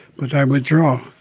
but i withdraw.